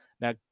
Now